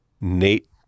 Nate